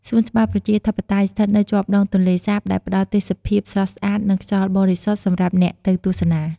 សួនច្បារប្រជាធិបតេយ្យ ស្ថិតនៅជាប់ដងទន្លេសាប ដែលផ្តល់ទេសភាពស្រស់ស្អាត និងខ្យល់បរិសុទ្ធសម្រាប់អ្នកទៅទស្សនា។